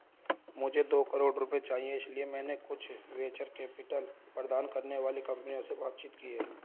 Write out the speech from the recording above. मुझे दो करोड़ रुपए चाहिए इसलिए मैंने कुछ वेंचर कैपिटल प्रदान करने वाली कंपनियों से बातचीत की है